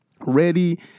ready